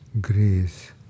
grace